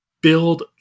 build